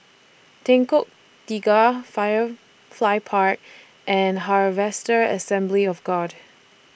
Tiga Firefly Park and Harvester Assembly of God